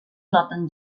noten